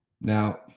Now